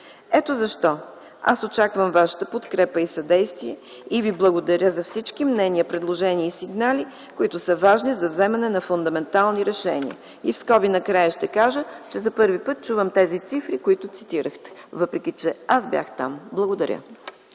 това. Аз очаквам вашата подкрепа и съдействие. Благодаря ви за всички мнения, предложения и сигнали, които са важни за вземане на фундаментални решения. В скоби накрая ще кажа, че за първи път чувам тези цифри, които цитирахте, въпреки че аз бях там. Благодаря.